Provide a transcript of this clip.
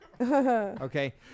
Okay